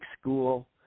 school